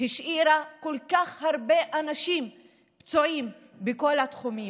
השאירה כל כך הרבה אנשים פצועים בכל התחומים,